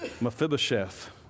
Mephibosheth